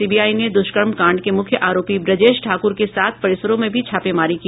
CBI ने दुष्कर्म कांड के मुख्य आरोपी ब्रजेश ठाकुर के सात परिसरों में भी छापेमारी की